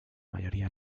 mayoría